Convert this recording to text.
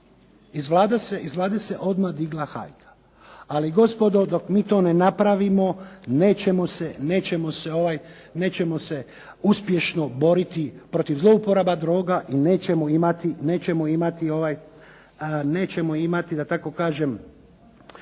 iz vlade se odmah digla hajka. Ali gospodo dok mi to ne napravimo, nećemo se uspješno boriti protiv zlouporaba droga i nećemo imati dobre